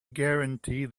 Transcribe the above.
guarantee